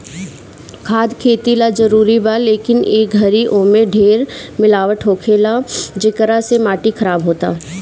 खाद खेती ला जरूरी बा, लेकिन ए घरी ओमे ढेर मिलावट होखेला, जेकरा से माटी खराब होता